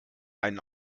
einen